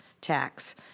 tax